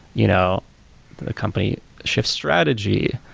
you know the the company shifts strategy.